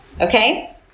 Okay